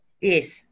Yes